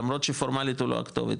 למרות שפורמלית הוא לא הכתובת,